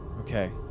Okay